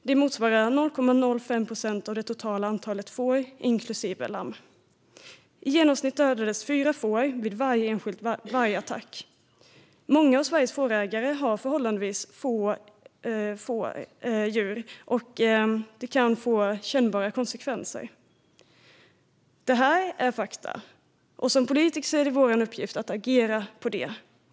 Det motsvarar 0,05 procent av det totala antalet får, inklusive lamm. I genomsnitt dödades fyra får vid varje enskild vargattack. Många av Sveriges fårägare har förhållandevis få djur, och det kan få kännbara konsekvenser. Detta är fakta, och som politiker är det vår uppgift att agera på det.